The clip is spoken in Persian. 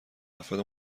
افراد